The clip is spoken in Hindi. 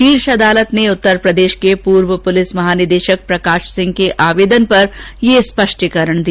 शीर्ष अदालत ने उत्तर प्रदेश के पूर्व पुलिस महानिदेशक प्रकाश सिंह के आवेदन पर यह स्पष्टीकरण दिया